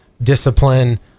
discipline